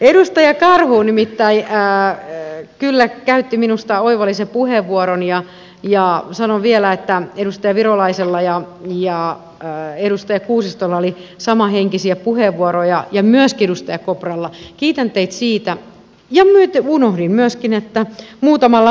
edustaja karhu nimittäin kyllä käytti minusta oivallisen puheenvuoron ja sanon vielä että edustaja virolaisella ja edustaja kuusistolla oli samanhenkisiä puheenvuoroja ja myöskin edustaja kopralla kiitän teitä siitä ja nyt unohdin myöskin että muutamalla muullakin